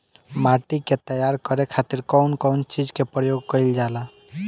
माटी के तैयार करे खातिर कउन कउन चीज के प्रयोग कइल जाला?